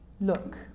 look